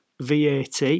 VAT